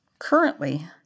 Currently